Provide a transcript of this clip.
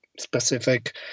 Specific